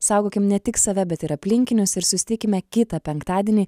saugokim ne tik save bet ir aplinkinius ir susitikime kitą penktadienį